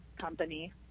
company